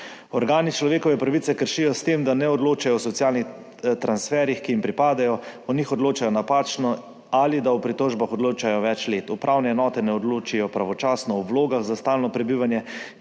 Organi človekove pravice kršijo s tem, da ne odločajo o socialnih transferjih, ki jim pripadajo, o njih odločajo napačno ali da o pritožbah odločajo več let. Upravne enote ne odločijo pravočasno o vlogah za stalno prebivanje,